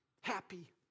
happy